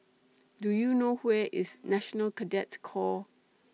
Do YOU know IS National Cadet Corps